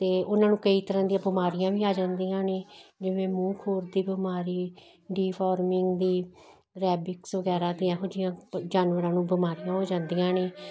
ਤੇ ਉਹਨਾਂ ਨੂੰ ਕਈ ਤਰ੍ਹਾਂ ਦੀਆਂ ਬਿਮਾਰੀਆਂ ਵੀ ਆ ਜਾਂਦੀਆਂ ਨੇ ਜਿਵੇਂ ਮੂੰਹ ਖੁਰ ਦੀ ਬਿਮਾਰੀ ਡੀਫੋਰਮਿੰਗ ਦੀ ਰੈਬਿਕਸ ਵਗੈਰਾ ਤੇ ਇਹੋ ਜਿਹੀਆਂ ਜਾਨਵਰਾਂ ਨੂੰ ਬਿਮਾਰੀਆਂ ਹੋ ਜਾਂਦੀਆਂ ਨੇ